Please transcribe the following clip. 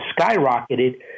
skyrocketed